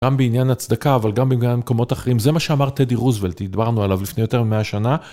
גם בעניין הצדקה, אבל גם בעניין מקומות אחרים, זה מה שאמר טדי רוזוולט, הדברנו עליו לפני יותר מ-100 שנה.